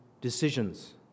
decisions